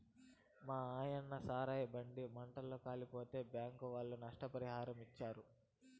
మాయన్న సారాయి బండి మంటల్ల కాలిపోతే బ్యాంకీ ఒళ్ళు నష్టపరిహారమిచ్చారు